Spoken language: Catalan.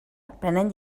prenent